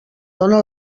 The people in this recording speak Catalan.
dóna